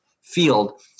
field